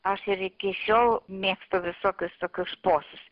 aš ir iki šiol mėgstu visokius tokius šposus